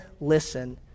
listen